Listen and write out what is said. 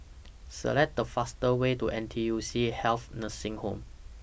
Select The fastest Way to N T U C Health Nursing Home